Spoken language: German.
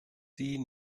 sie